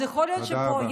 תודה רבה.